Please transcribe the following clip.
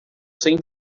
sem